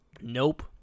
Nope